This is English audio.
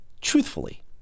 truthfully